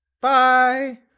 Bye